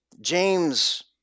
James